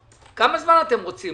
כמה זמן אתם עוד רוצים?